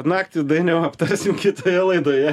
naktį dainiau aptarsim kitoje laidoje